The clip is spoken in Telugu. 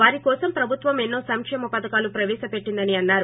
వారి కోసం ప్రభుత్వం ఎన్నో సంక్షేమ పథకాలు ప్రవేశపెట్టిందని అన్నారు